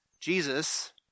Jesus